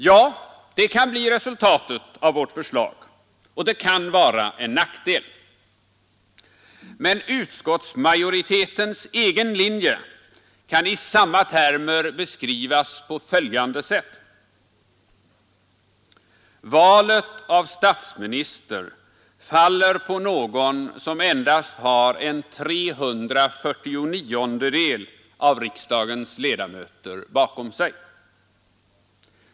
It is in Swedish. Ja, det kan bli resultatet av vårt förslag och det kan vara en nackdel, men utskottsmajoritetens egen linje kän i samma termer beskrivas på följande sätt: Valet av statsminister faller på någon som endast har en 349-del av riksdagens ledamöter bakom sig.